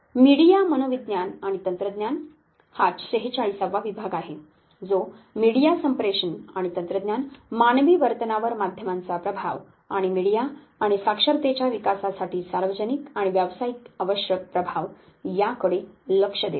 media मनोविज्ञान आणि तंत्रज्ञान हा 46 वा विभाग आहे जो मीडिया संप्रेषण आणि तंत्रज्ञान मानवी वर्तनावर माध्यमांचा प्रभाव आणि मीडिया आणि साक्षरतेच्या विकासासाठी सार्वजनिक आणि व्यवसायासाठी आवश्यक प्रभाव याकडे लक्ष देतो